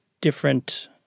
different